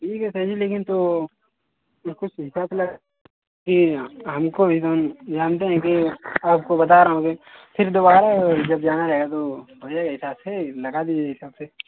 ठीक है सर जी लेकिन तो हमको भी तो जानते हैं की आपको बता रहा हूँ कि फ़िर दुबारा जब जाना रहेगा तो हो जाएगा हिसाब फ़िर लगा दीजिएगा हिसाब फ़िर